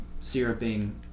syruping